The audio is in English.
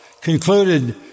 concluded